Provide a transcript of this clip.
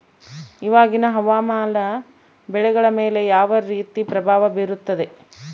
ಇವಾಗಿನ ಹವಾಮಾನ ಬೆಳೆಗಳ ಮೇಲೆ ಯಾವ ರೇತಿ ಪ್ರಭಾವ ಬೇರುತ್ತದೆ?